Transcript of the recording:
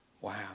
Wow